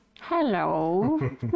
Hello